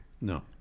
No